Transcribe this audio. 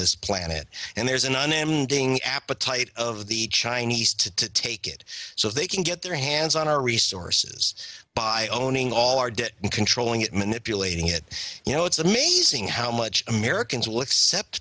this planet and there's an unimproved being appetite of the chinese to take it so they can get their hands on our resources by owning all our debt and controlling it manipulating it you know it's amazing how much americans will accept